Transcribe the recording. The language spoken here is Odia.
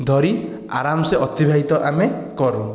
ଧରି ଆରାମ ସେ ଅତିବାହିତ ଆମେ କରୁ